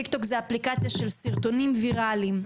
טיקטוק זו אפליקציה של סרטונים ויראליים,